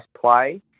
play